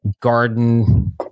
garden